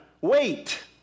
Wait